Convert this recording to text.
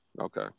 Okay